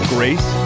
Grace